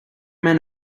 men